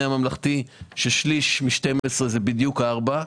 הממלכתי ששליש מ-12 זה בדיוק ארבע.